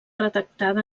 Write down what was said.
redactada